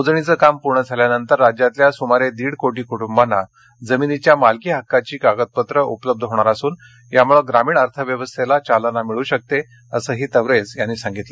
मोजणीचं काम पूर्ण झाल्यानंतर राज्यातल्या सुमारे दीड कोटी कुटुंबांना जमीनीच्या मालकी हक्काची कागदपत्रे उपलब्ध होणार असून यामुळे ग्रामीण अर्थव्यवस्थेला चालना मिळू शकते असेही तवरेज यांनी सांगितलं